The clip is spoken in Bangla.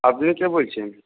আপনি কে বলছেন